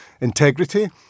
integrity